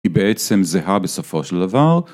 היא בעצם זהה בסופו של דבר.